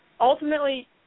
Ultimately